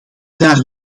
daar